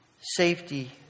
safety